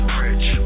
rich